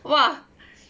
!wah!